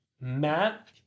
Matt